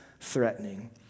threatening